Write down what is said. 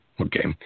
okay